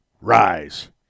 Rise